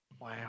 wow